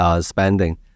spending